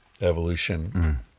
evolution